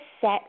set